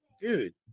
dude